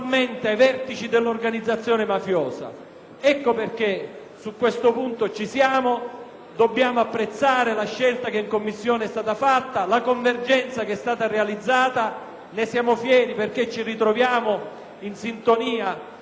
Ecco perché su questo punto ci siamo: dobbiamo apprezzare la scelta che in Commissione è stata compiuta, la convergenza che è stata realizzata. Ne siamo fieri, perché siamo in sintonia, tranne per quanto riguarda la misura